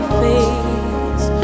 face